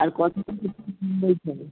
আর কত কেজি হিসাবে